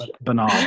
banal